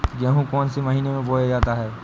गेहूँ कौन से महीने में बोया जाता है?